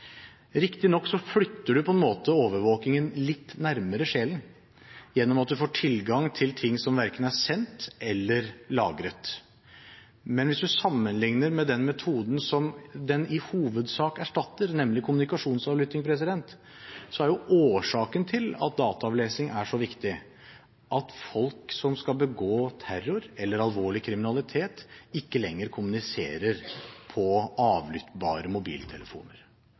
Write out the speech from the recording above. Riktignok flytter en på en måte overvåkingen litt nærmere sjelen gjennom at en får tilgang til ting som verken er sendt eller lagret. Men hvis en sammenligner med metoden den i hovedsak erstatter, nemlig kommunikasjonsavlytting, er jo årsaken til at dataavlesing er så viktig, at folk som skal begå terror eller alvorlig kriminalitet, ikke lenger kommuniserer på avlyttbare mobiltelefoner.